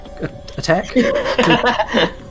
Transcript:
attack